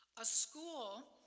a school,